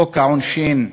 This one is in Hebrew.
חוק העונשין,